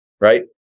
Right